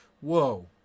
whoa